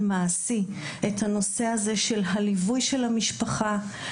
מעשי את הנושא הזה של הליווי של המשפחה,